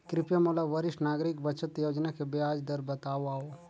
कृपया मोला वरिष्ठ नागरिक बचत योजना के ब्याज दर बतावव